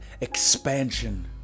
expansion